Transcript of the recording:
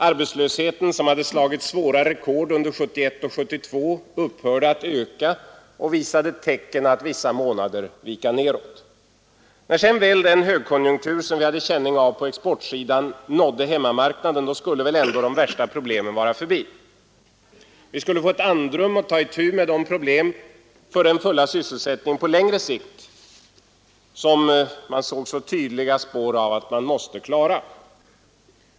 Arbetslösheten, som hade slagit svåra rekord under 1971 och 1972, upphörde att öka och visade tecken att vissa månader vika nedåt. När sedan den högkonjunktur som vi hade känning av på exportsidan nådde hemmamarknaden skulle väl ändå de värsta problemen vara förbi. Vi skulle få ett andrum och kunna ta itu med de problem för den fulla sysselsättningen på längre sikt som vi såg så tydliga spår av och som måste lösas.